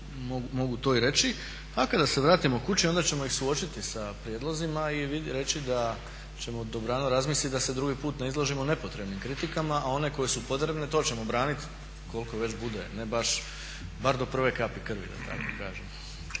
a kada se vratimo kući onda ćemo ih suočiti sa prijedlozima i reći da ćemo dobrano razmislit da se drugi put ne izložimo nepotrebnim kritikama, a one koje su potrebne to ćemo branit koliko već bude, ne baš, bar do prve kapi krvi, da tako kažem.